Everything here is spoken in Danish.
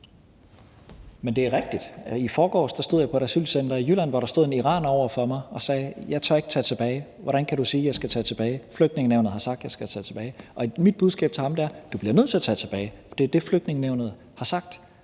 det ikke er let. I forgårs stod jeg på et asylcenter i Jylland, hvor der stod en iraner over for mig og sagde: Jeg tør ikke tage tilbage. Hvordan kan du sige, at jeg skal tage tilbage? Flygtningenævnet har sagt, at jeg skal tage tilbage. Mit budskab til ham er: Du bliver nødt til at tage tilbage, for det er det, Flygtningenævnet har sagt.